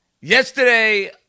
yesterday